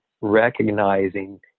recognizing